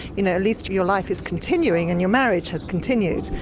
you know at least your life is continuing and your marriage has continued.